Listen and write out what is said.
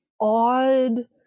odd